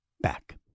back